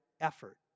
effort